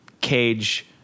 Cage